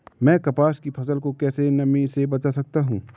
मैं कपास की फसल को कैसे नमी से बचा सकता हूँ?